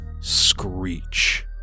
screech